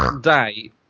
day